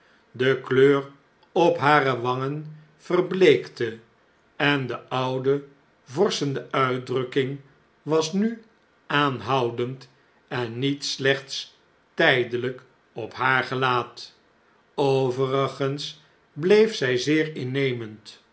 de kleur op hare wangen verbleekte en de oude vorschende uitdrukking was nu aanhoudend en niet slechts tijdelijk op haar gelaat overigens bleef zjj zeer innemend